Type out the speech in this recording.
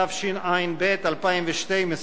התשע"ב 2012,